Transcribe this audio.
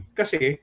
kasi